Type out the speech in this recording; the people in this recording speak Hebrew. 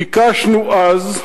ביקשנו אז,